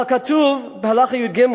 אבל כתוב בהלכה י"ג: